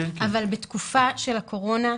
אבל בתקופה של הקורונה,